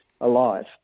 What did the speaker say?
alive